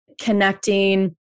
connecting